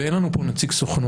ואין לנו פה נציג סוכנות,